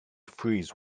freeze